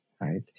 right